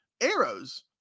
arrows